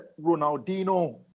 Ronaldinho